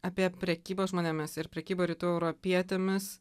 apie prekybą žmonėmis ir prekybą rytų europietėmis